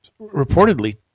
reportedly